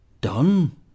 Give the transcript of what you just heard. Done